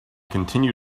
continue